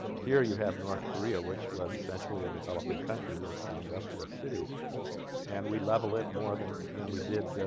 here you have north korea which was essentially a developing country with some industrial cities and we level it more than than we did ah.